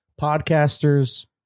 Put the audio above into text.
podcasters